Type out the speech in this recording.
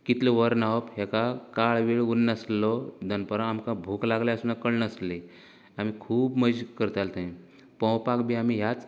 कितली वरां न्हांवप हेका काळ वेळ उरनासलो दनपरां आमकां भूक लागल्यार सुद्दां आमकां कळनासली आमी खूब मजा करताले थंय पोंवपाक बी आमी ह्याच